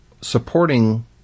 supporting